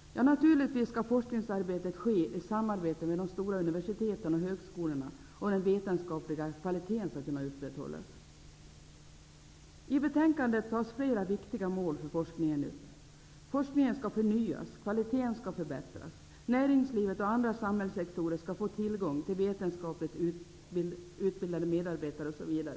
vetenskapliga kvaliteten skall kunna upprätthållas skall naturligtvis forskningsarbetet ske i samarbete med de stora universiteten och högskolorna. I betänkandet tas flera viktiga mål för forskningen upp. Forskningen skall förnyas, kvaliteten skall förbättras, näringslivet och andra samhällssektorer skall få tillgång till vetenskapligt utbildade medarbetare, osv.